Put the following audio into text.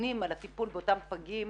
שאמונים על הטיפול באותם פגים.